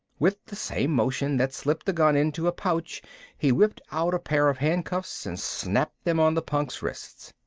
with the same motion that slipped the gun into a pouch he whipped out a pair of handcuffs and snapped them on the punk's wrists.